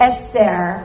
Esther